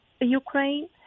Ukraine